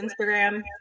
Instagram